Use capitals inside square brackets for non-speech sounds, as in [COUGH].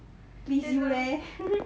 please you leh [LAUGHS]